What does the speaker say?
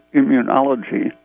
immunology